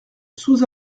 sous